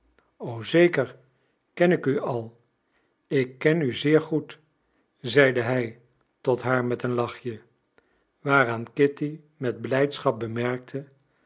o zeker ken ik u al ik ken u zeer goed zeide hij tot haar met een lachje waaraan kitty met blijdschap bemerkte